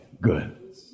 good